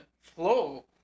flow